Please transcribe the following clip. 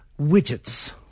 Widgets